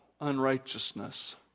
unrighteousness